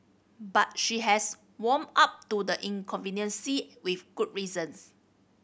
but she has warm up to the inconvenience see with good reasons